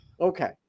Okay